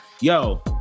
yo